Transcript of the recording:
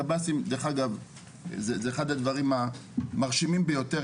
קבסי"ם דרך-אגב זה אחד הדברים המרשימים ביותר,